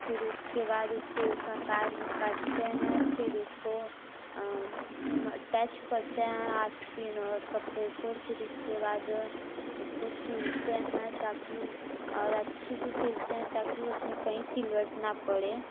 फिर उसके बाद उसको उस आकार में काटते हैं फिर उसको टेस्ट करते हैं आस्तीन और कपड़े को फिर उसके बाद उसको सिलते हैं ताकि और अच्छे से सिलतें हैं ताकि उसमें कहीं सिलवट ना पड़े